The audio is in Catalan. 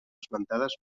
esmentades